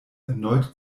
erneut